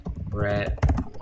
Brett